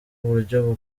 uburyo